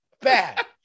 bad